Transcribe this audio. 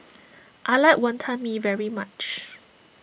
I like Wonton Mee very much